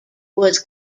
was